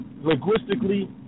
linguistically